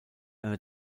eine